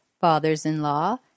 fathers-in-law